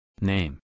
Name